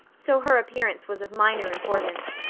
so her appearance was of minor importance.